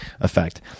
effect